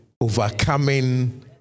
overcoming